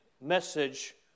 message